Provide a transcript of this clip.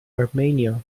armenia